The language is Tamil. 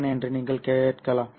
ஏன் என்று நீங்கள் கேட்கலாம்